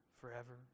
forever